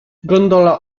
gondola